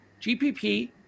GPP